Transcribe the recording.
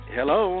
Hello